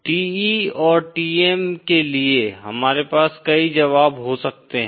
TE और TM के लिए हमारे पास कई जवाब हो सकते हैं